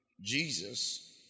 Jesus